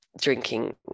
drinking